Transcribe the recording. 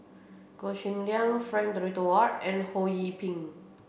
Goh Cheng Liang Frank Dorrington Ward and Ho Yee Ping